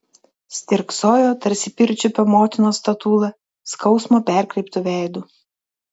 stirksojo tarsi pirčiupio motinos statula skausmo perkreiptu veidu